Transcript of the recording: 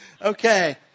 Okay